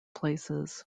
places